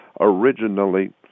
originally